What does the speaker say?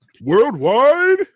Worldwide